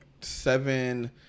seven